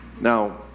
Now